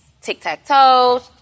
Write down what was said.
Tic-tac-toe